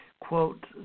quote